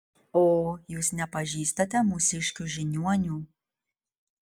o jūs nepažįstate mūsiškių žiniuonių